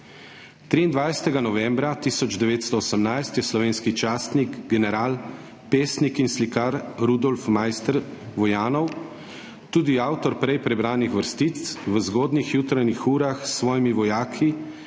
23. novembra 1918 je slovenski častnik, general, pesnik in slikar Rudolf Maister Vojanov, tudi avtor prej prebranih vrstic, v zgodnjih jutranjih urah s svojimi vojaki